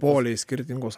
poliai skirtingos